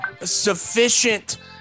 sufficient